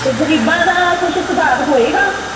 ਅਤੇ ਗਰੀਬਾਂ ਦਾ ਕੁਝ ਸੁਧਾਰ ਹੋਵੇਗਾ